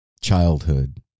childhood